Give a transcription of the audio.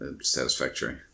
satisfactory